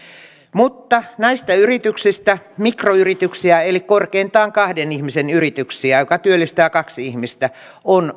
mutta näistä yrityksistä mikroyrityksiä eli korkeintaan kahden ihmisen yrityksiä työllistää kaksi ihmistä on